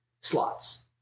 slots